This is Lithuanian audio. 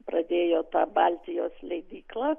pradėjo tą baltijos leidyklą